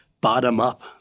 bottom-up